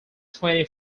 twenty